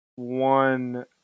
one